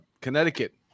Connecticut